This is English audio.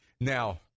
Now